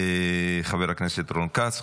חבר הכנסת רון כץ,